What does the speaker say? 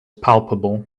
palpable